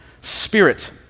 Spirit